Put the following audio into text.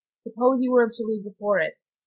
suppose you were to leave the forest,